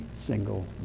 single